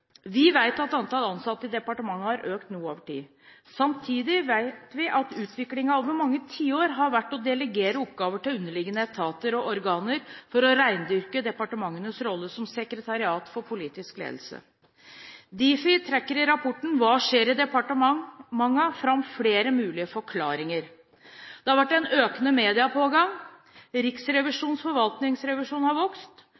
Vi vet at antall ansatte i departementene har økt noe over tid. Samtidig vet vi at utviklingen over mange tiår har vært å delegere oppgaver til underliggende etater og organer for å rendyrke departementenes rolle som sekretariat for politisk ledelse. Difi trekker i rapporten Hva skjer i departementene? fram flere mulige forklaringer: Det har vært en økende mediepågang.